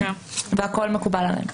והכול מקובל עליהם.